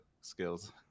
skills